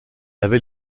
avait